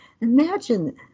Imagine